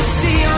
see